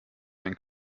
ein